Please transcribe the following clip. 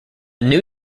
new